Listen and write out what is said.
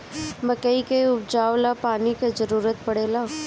मकई के उपजाव ला पानी के जरूरत परेला का?